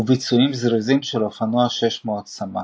וביצועים זריזים של אופנוע 600 סמ"ק.